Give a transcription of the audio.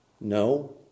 No